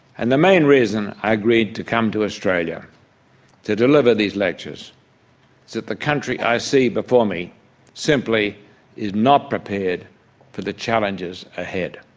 and the main reason i agreed to come to australia to deliver these lectures is that the country i see before me simply is not prepared for the challenges ahead.